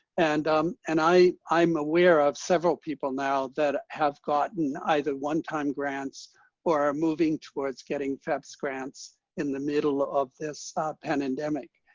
and um and i'm aware of several people now that have gotten either one-time grants or are moving towards getting feps grants in the middle of this pandemic.